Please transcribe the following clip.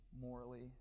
morally